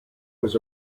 was